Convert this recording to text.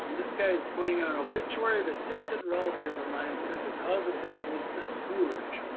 um this guy is pointing out an obituary of a distant relative of mine said the cause of death was the scourge.